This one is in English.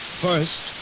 First